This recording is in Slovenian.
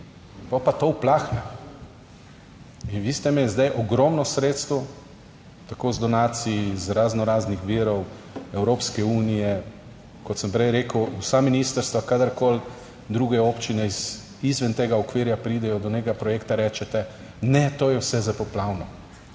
pa to uplahne. In vi ste imeli zdaj ogromno sredstev, tako iz donacij, iz razno raznih virov Evropske unije, kot sem prej rekel, vsa ministrstva, kadarkoli druge občine izven tega okvirja pridejo do nekega projekta, rečete ne, to je vse za poplavno.